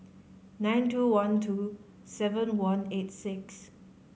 nine two one two seven one eight six